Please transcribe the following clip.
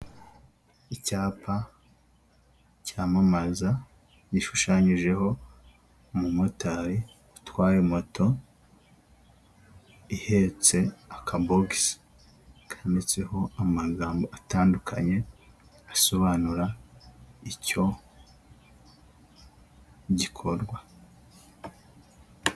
Icyapa cyamamaza gishushanyijeho umumotari utwaye moto ihetse akabokisi kanditseho amagambo atandukanye asobanura icyo gikorwa.